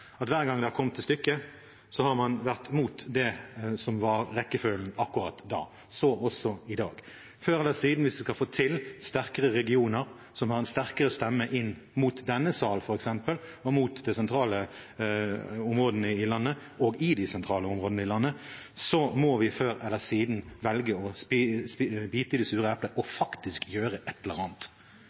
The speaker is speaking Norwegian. at hver gang det har kommet til stykket, så har man vært mot det som var rekkefølgen akkurat da. Så også i dag. Hvis vi skal få til sterkere regioner som har en sterkere stemme inn mot denne sal, f.eks., og mot de sentrale områdene i landet og i de sentrale områdene i landet, må vi før eller siden velge å bite i det sure eplet og faktisk gjøre et eller annet.